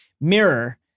mirror